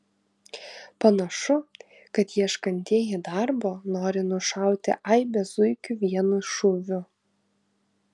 panašu kad ieškantieji darbo nori nušauti aibę zuikių vienu šūviu